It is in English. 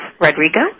Rodrigo